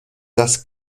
das